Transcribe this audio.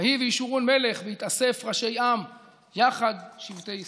"ויהי בישֻרון מלך בהתאסף ראשי עם יחד שבטי ישראל".